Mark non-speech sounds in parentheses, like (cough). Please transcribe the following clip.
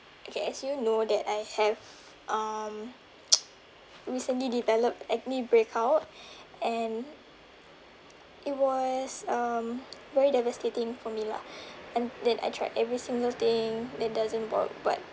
okay as you know that I have um (noise) recently developed acne breakout and it was um very devastating for me lah and then I tried every single thing then doesn't work but